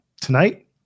Tonight